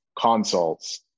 consults